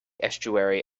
estuary